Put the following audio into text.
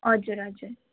हजुर हजुर